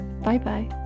Bye-bye